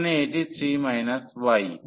এখানে এটি 3 y